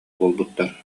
буолбуттар